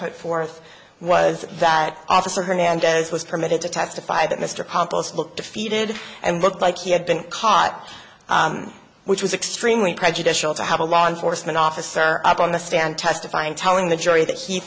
put forth was that officer hernandez was permitted to testify that mr compost looked defeated and looked like he had been caught which was extremely prejudicial to have a law enforcement officer on the stand testifying telling the jury that he